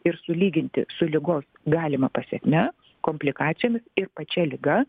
ir sulyginti su ligos galima pasekme komplikacijomis ir pačia liga